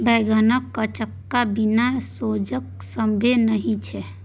बैंगनक चक्का बिना सोजन संभवे नहि छै